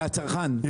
זה הצרכן,